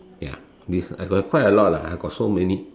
ya this I got quite a lot ah I got so many